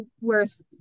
worth